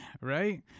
right